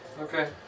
Okay